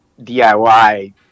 DIY